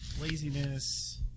laziness